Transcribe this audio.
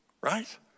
right